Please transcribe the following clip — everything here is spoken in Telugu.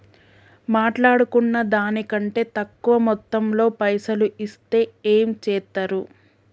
మాట్లాడుకున్న దాని కంటే తక్కువ మొత్తంలో పైసలు ఇస్తే ఏం చేత్తరు?